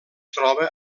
troba